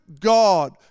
God